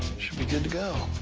should be good to go.